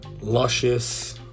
luscious